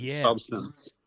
substance